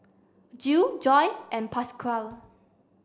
Jill Joy and Pasquale